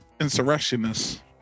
insurrectionists